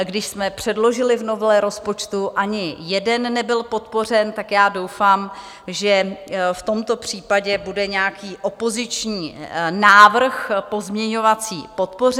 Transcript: Když jsme předložili v novele rozpočtu, ani jeden nebyl podpořen, tak já doufám, že v tomto případě bude nějaký opoziční návrh pozměňovací podpořen.